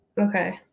Okay